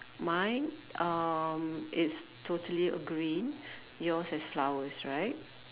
mine um it's totally a green yours has flowers right